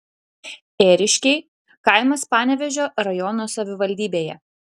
ėriškiai kaimas panevėžio rajono savivaldybėje